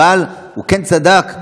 אבל הוא כן צדק,